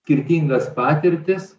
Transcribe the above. skirtingas patirtis